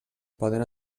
poden